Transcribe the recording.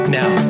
now